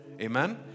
Amen